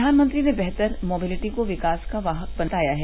प्रधानमंत्री ने बेहतर मोबिलिटी को विकास का वाहक बताया है